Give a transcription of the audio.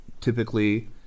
Typically